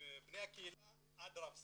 בני הקהילה הם עד רב סרן.